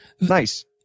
nice